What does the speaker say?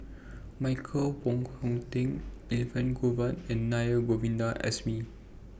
Michael Wong Hong Teng Elangovan and Naa Govindasamy